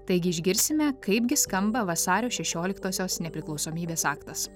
taigi išgirsime kaipgi skamba vasario šešioliktosios nepriklausomybės aktas